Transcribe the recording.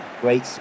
Great